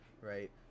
right